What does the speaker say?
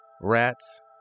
rats